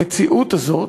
המציאות הזאת,